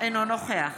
אינו נוכח